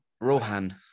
Rohan